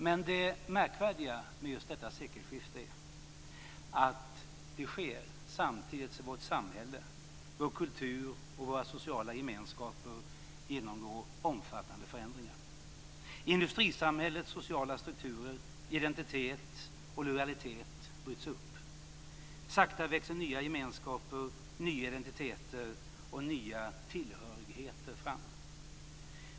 Men det märkvärdiga med just detta sekelskifte är att det sker samtidigt som vårt samhälle, vår kultur och våra sociala gemenskaper genomgår omfattande förändringar. Industrisamhällets sociala strukturer, identiteter och lojaliteter bryts upp. Sakta växer nya gemenskaper, nya identiteter och nya tillhörigheter fram.